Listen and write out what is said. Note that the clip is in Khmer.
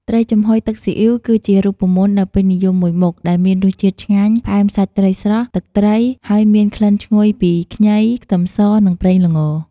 ត្រីចំហុយទឹកស៊ីអ៊ីវ គឺជារូបមន្តដ៏ពេញនិយមមួយមុខដែលមានរសជាតិឆ្ងាញ់ ផ្អែមសាច់ត្រី ស្រស់ទឹកត្រី ហើយមានក្លិនឈ្ងុយពីខ្ញី ខ្ទឹមស និងប្រេងល្ង។